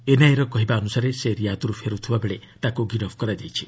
NIA ର କହିବା ଅନ୍ତସାରେ ସେ ରିୟାଦ୍ରର ଫେର୍ରଥିବା ବେଳେ ତାକୁ ଗିରଫ୍ କରାଯାଇଛି